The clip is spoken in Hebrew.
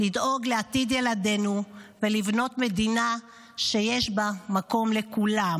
לדאוג לעתיד ילדינו ולבנות מדינה שיש בה מקום לכולם.